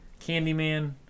Candyman